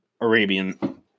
Arabian